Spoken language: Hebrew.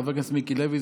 חבר הכנסת מיקי לוי,